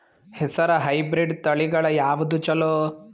ಹೆಸರ ಹೈಬ್ರಿಡ್ ತಳಿಗಳ ಯಾವದು ಚಲೋ?